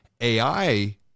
AI